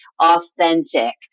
authentic